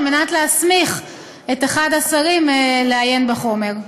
מנת להסמיך את אחד השרים לעיין בחומר,